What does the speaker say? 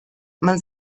man